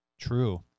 True